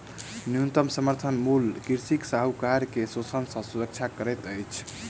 न्यूनतम समर्थन मूल्य कृषक साहूकार के शोषण सॅ सुरक्षा करैत अछि